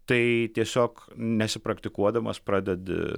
tai tiesiog nesipraktikuodamas pradedi